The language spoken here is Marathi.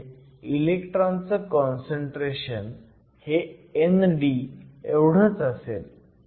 म्हणजे इलेक्ट्रॉनचं काँसंट्रेशन हे ND एवढंच असेल